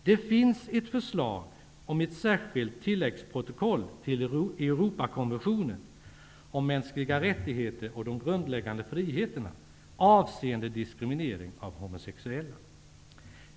Det finns ett förslag om ett särskilt tilläggsprotokoll till Europakonventionen om mänskliga rättigheter och de grundläggande friheterna avseende diskriminering av homosexuella.